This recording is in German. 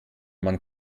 man